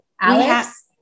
Alex